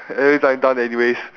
anyways I'm done anyways